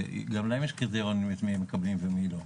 גם להם יש קריטריונים את מי מקבלים ומי לא.